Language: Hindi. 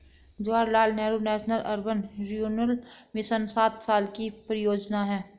Jawaharlal Nehru national urban renewal mission सात साल की परियोजना है